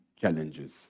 challenges